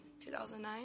2009